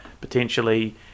potentially